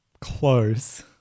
close